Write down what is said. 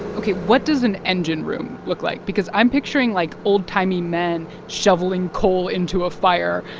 ok. what does an engine room look like? because i'm picturing, like, old-timey men shoveling coal into a fire.